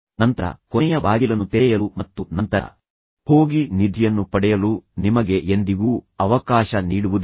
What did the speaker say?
ನಂತರ ಕೊನೆಯ ಬಾಗಿಲನ್ನು ತೆರೆಯಲು ಮತ್ತು ನಂತರ ಹೋಗಿ ನಿಧಿಯನ್ನು ಪಡೆಯಲು ನಿಮಗೆ ಎಂದಿಗೂ ಅವಕಾಶ ನೀಡುವುದಿಲ್ಲ